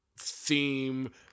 theme